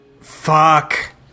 Fuck